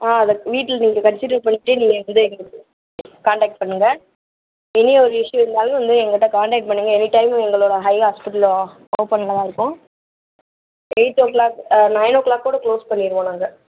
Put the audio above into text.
ஆ அதை வீட்லையும் போட்டு கன்சிடர் பண்ணிக்கிட்டே நீங்கள் என்கிட்ட எழுதி கொடுத்துரு காண்டக்ட் பண்ணுங்கள் என்ன ஒரு இஷ்யூ இருந்தாலும் வந்து என்கிட்ட காண்டக்ட் பண்ணுங்கள் எனி டைம் உங்களோட ஐ ஹாஸ்ப்பிட்டலு ஓப்பன்ல தான் இருக்கும் eight o'clock or nine ஓ க்ளாக்கோட க்ளோஸ் பண்ணிருவோம் நாங்கள்